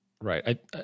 right